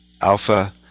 Alpha